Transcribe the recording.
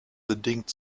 bedingt